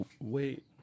wait